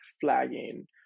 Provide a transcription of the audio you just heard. flagging